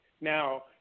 Now